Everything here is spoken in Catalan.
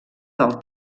del